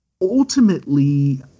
ultimately